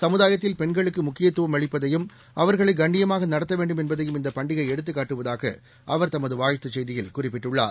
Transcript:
சமுதாயத்தில் பென்களுக்கு முக்கியத்துவம் அளிப்பதையும் அவர்களை கண்ணியமாக நடத்த வேண்டும் என்பதையும் இந்தப் பண்டிகை எடுத்துக்காட்டுவதாக அவர் தமது வாழ்த்துச் செய்தியில் குறிப்பிட்டுள்ளார்